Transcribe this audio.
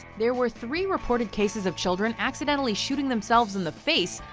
there were three reported cases of children accidentally shooting themselves in the face,